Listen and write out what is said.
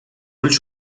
ulls